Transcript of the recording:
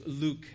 Luke